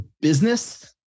business